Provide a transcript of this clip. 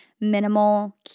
minimal